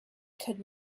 could